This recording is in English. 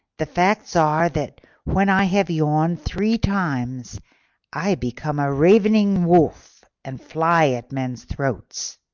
the facts are that when i have yawned three times i become a ravening wolf and fly at men's throats.